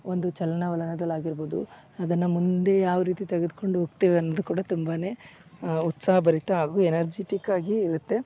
ಒಂದು ಚಲನ ವಲನದಲ್ಲಿ ಆಗಿರ್ಬೋದು ಅದನ್ನ ಮುಂದೆ ಯಾವ ರೀತಿ ತೆಗೆದುಕೊಂಡು ಹೋಗ್ತೇವೆ ಅನ್ನೋದು ಕೂಡ ತುಂಬಾನೇ ಉತ್ಸಾಹಭರಿತ ಹಾಗೂ ಎನರ್ಜಿಟಿಕ್ಕಾಗಿ ಇರುತ್ತೆ